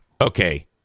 okay